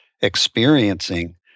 experiencing